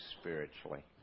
spiritually